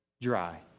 dry